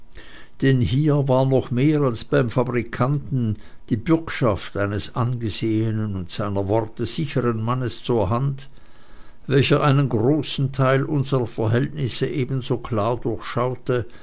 denn hier war noch mehr als beim fabrikanten die bürgschaft eines angesehenen und seiner worte sichern mannes zur hand welcher einen großen teil unserer verhältnisse ebenso klar